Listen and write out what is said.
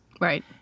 Right